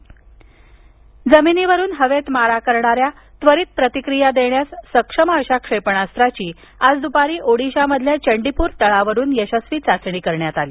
क्षेपणास्त्र जमिनीवरून हवेत मारा करणाऱ्या त्वरित प्रतिक्रिया देण्यास सक्षम क्षेपणास्त्राची आज द्पारी ओडिशामधील चंडीपूर तळावरून यशस्वी चाचणी करण्यात आली